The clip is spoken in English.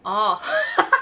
oh